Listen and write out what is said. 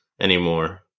anymore